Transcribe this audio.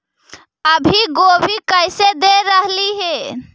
अभी गोभी कैसे दे रहलई हे?